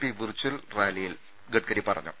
P virtual റാലിയിൽ ഗഡ്കരി പറഞ്ഞു